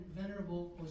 venerable